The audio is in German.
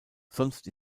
sonst